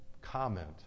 comment